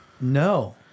No